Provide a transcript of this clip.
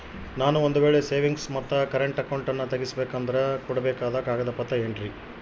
ನಾನು ಒಂದು ವೇಳೆ ಸೇವಿಂಗ್ಸ್ ಮತ್ತ ಕರೆಂಟ್ ಅಕೌಂಟನ್ನ ತೆಗಿಸಬೇಕಂದರ ಕೊಡಬೇಕಾದ ಕಾಗದ ಪತ್ರ ಏನ್ರಿ?